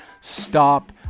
Stop